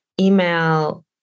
email